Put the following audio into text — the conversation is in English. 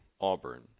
Auburn